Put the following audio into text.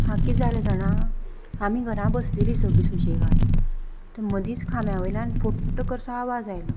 हां कितें जालें जाणा आमी घरां बसलेलीं सगळीं सुशेगाद तो मदींच खांब्या वयल्यान फुट्ट कसो आवाज आयलो